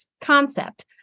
concept